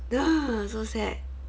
ugh so sad